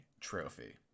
trophy